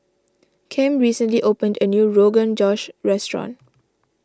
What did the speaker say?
Kem recently opened a new Rogan Josh restaurant